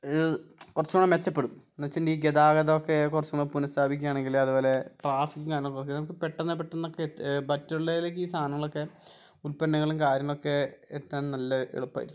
കുറച്ചുകൂടെ മെച്ചപ്പെടും എന്നുവെച്ചിട്ടുണ്ടെങ്കിൽ ഈ ഗതാഗതം ഒക്കെ കുറച്ചുകൂടെ പുഃസ്ഥാപിക്കുകയാണെങ്കിൽ അതുപോലെ ട്രാഫിക്കും കാര്യങ്ങളൊക്കെ ഒക്കെ നമുക്ക് പെട്ടെന്ന് പെട്ടന്നൊക്കെ മറ്റുള്ളവരിലേക്ക് ഈ സാധനങ്ങളൊക്കെ ഉൽപ്പന്നങ്ങളും കാര്യങ്ങളൊക്കെ എത്താൻ നല്ല എളുപ്പമായിരിക്കും